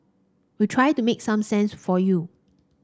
we try to make some sense for you